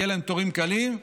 יהיו להם תורים קלים.